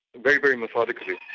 very very methodically,